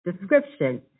description